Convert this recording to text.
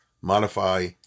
modify